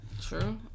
True